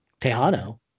Tejano